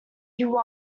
you